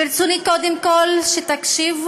ברצוני קודם כול שתקשיבו,